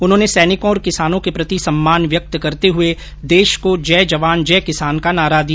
उन्होंने सैनिकों और किसानों के प्रति सम्मान व्यक्त करते हुए देश को जय जवान जय किसान का नारा दिया